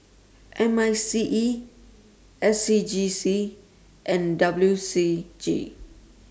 M I C E S C G C and W C G